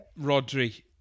Rodri